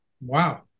wow